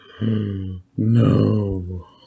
No